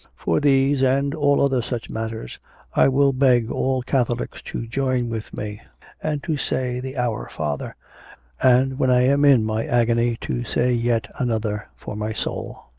for these and all other such matters i will beg all catholics to join with me and to say the our father and when i am in my agony to say yet another for my soul.